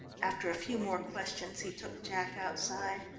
after a few more questions he took jack outside.